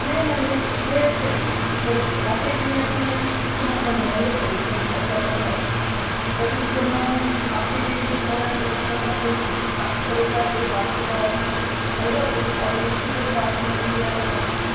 नही मैम ये वह एक पर ही है वही पर आप एक लें या तीन लें उससे मतलब नहीं है एक पर ही ट्वेंटी फाइव परसेंट है और इन सब में आपके लिए जो सूज आएगा छः नम्बर का तो हमको आपको पड़ेगा अइसे बारह सौ का पड़ेगा और ट्वेंटी फाइव परसेंट छूट है तो आपको मैम मिल जाएगा नौ सौ का